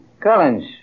Collins